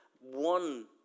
one